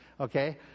okay